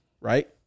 right